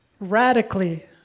radically